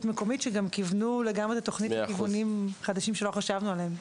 מקומית שבהחלט כיוונו את התוכנית לכיוונים חדשים שלא חשבנו עליהם.